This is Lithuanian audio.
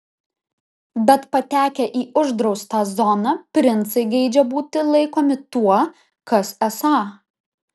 bet patekę į uždraustą zoną princai geidžia būti laikomi tuo kas esą